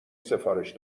سفارش